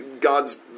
God's